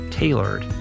Tailored